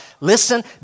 Listen